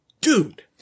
dude